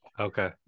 Okay